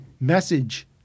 message